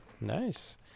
nice